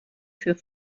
für